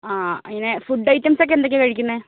ആ പിന്നെ food items ഒക്കെ എന്തൊക്കെയാണ് കഴിക്കുന്നത്